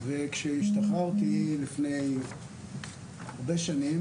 וכשהשתחררתי לפני הרבה שנים